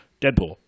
Deadpool